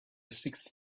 sixth